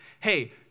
Hey